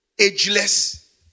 Ageless